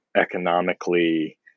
economically